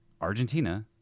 Argentina